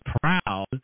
proud